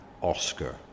Oscar